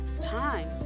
Time